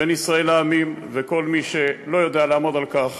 בין ישראל לעמים, וכל מי שלא יודע לעמוד על כך